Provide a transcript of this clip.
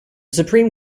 supreme